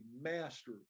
master